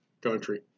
Country